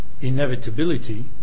inevitability